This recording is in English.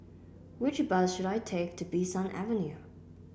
which bus should I take to Bee San Avenue